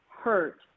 hurt